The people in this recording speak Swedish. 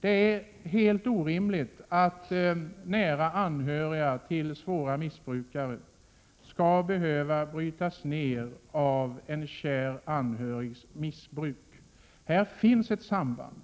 Det är helt orimligt att nära anhöriga till svåra missbrukare skall behöva brytas ner av en kär anhörigs missbruk. Här finns ett samband,